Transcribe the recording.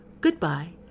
Goodbye